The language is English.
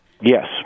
Yes